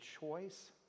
choice